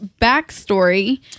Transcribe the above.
backstory